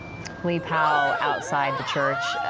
lee powell outside the church.